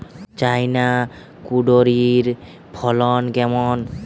China কুঁদরীর ফলন কেমন?